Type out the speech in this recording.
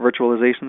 virtualization